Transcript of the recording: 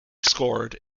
scored